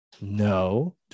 No